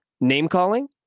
name-calling